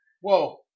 Whoa